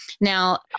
Now